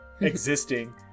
Existing